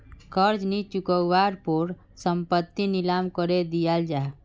कर्ज नि चुक्वार पोर संपत्ति नीलाम करे दियाल जाहा